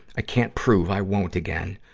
i can't prove i won't again.